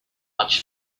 much